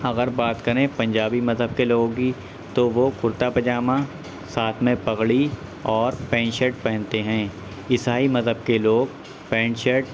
اگر بات کریں پنجابی مذہب کے لوگوں کی تو وہ کرتا پائجاما ساتھ میں پگڑی اور پینٹ شرٹ پہنتے ہیں عیسائی مذہب کے لوگ پینٹ شرٹ